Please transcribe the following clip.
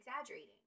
exaggerating